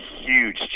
huge